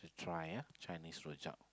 try ah Chinese rojak